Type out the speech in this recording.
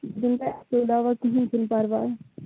تۄہہِ اَصٕل دوا کِہیٖنۍ چھُنہٕ پَرواے